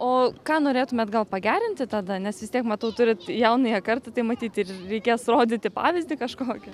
o ką norėtumėt gal pagerinti tada nes vis tiek matau turit jaunąją kartą tai matyt ir reikės rodyti pavyzdį kažkokį